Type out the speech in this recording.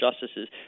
justices